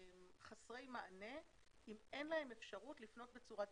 חסרי מענה אם אין להם אפשרות לפנות בצורה דיגיטלית.